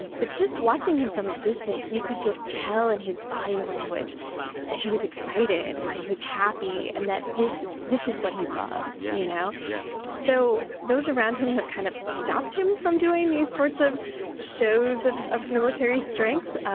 but just watching him from a distance, you could just tell in his body language that he was excited and that he was happy and that this this is what he loved, you know yeah so those around him have kind of stopped him from doing these sorts of shows of of military strength,